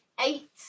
Eight